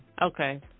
Okay